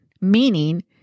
meaning